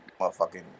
motherfucking